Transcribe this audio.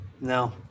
No